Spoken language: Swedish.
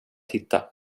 hitta